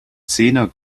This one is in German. zehner